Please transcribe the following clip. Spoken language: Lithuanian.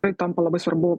tai tampa labai svarbu